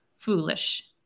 Foolish